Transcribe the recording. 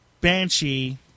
Banshee